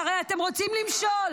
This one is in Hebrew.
למשול, הרי אתם רוצים למשול.